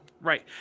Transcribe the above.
Right